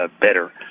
better